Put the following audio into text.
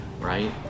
right